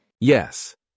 Yes